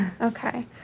Okay